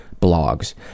blogs